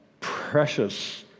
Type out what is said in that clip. precious